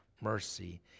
mercy